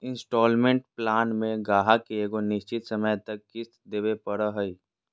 instalment plan मे गाहक के एगो निश्चित समय तक किश्त देवे पड़ो हय